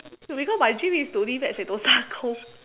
because my dream is to live at Sentosa cove